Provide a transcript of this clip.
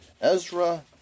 Ezra